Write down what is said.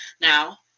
now